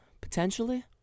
potentially